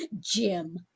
Jim